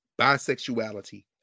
Bisexuality